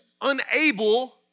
unable